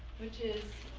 which is